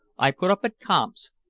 i put up at kamp's,